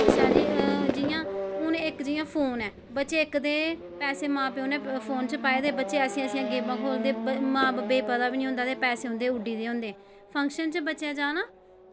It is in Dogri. अच्छा जियां इक्क हून फोन ऐ बच्चे इक्क ते पैसे मां प्योऽ नै फोन च पाये दे कुछ ऐसी ऐसी गेमां खेल्लदे ते मां प्योऽ गी पता बी निं होंदा पैसे उड्डे दे होंदे फंक्शन च बच्चे जाना